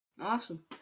Awesome